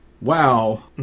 Wow